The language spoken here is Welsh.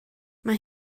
mae